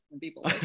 people